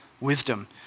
wisdom